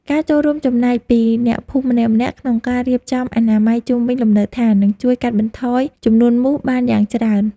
ការចូលរួមចំណែកពីអ្នកភូមិម្នាក់ៗក្នុងការរៀបចំអនាម័យជុំវិញលំនៅដ្ឋាននឹងជួយកាត់បន្ថយចំនួនមូសបានយ៉ាងច្រើន។